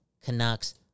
Canucks